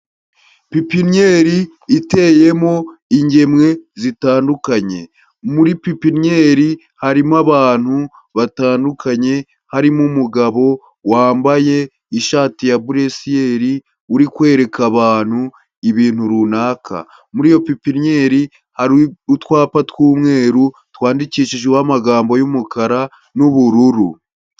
Pipinnyeri iteyemo ingemwe zitandukanye, muri pipinnyeri harimo abantu batandukanye, harimo umugabo wambaye ishati ya buresiyeri uri kwereka abantu ibintu runaka. Muri iyo pipinnyeri hari utwapa tw'umweru twandikishijeho amagambo y'umukara n'ubururu.